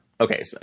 Okay